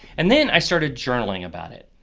and then i started journaling about it.